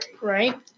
Right